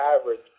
average